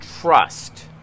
trust